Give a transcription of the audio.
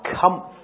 comfort